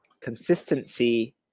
consistency